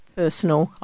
personal